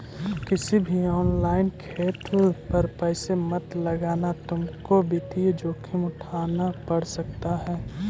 किसी भी ऑनलाइन खेल पर पैसे मत लगाना तुमको वित्तीय जोखिम उठान पड़ सकता है